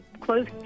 close